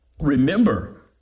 remember